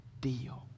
deal